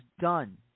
done